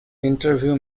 interview